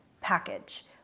package